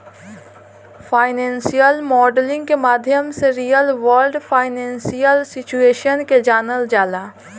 financial modelling के माध्यम से रियल वर्ल्ड फाइनेंशियल सिचुएशन के जानल जाला